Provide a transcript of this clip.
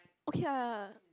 okay ah